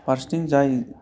फारसेथिं जाय